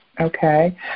Okay